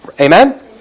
Amen